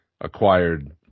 acquired